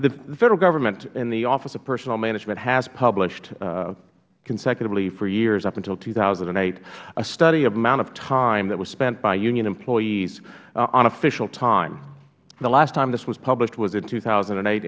the federal government and the office of personnel management has published consecutively for years up until two thousand and eight a study of the amount of time that was spent by union employees on official time the last time this was published was in two thousand and eight